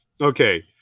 Okay